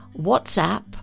WhatsApp